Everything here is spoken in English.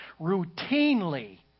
routinely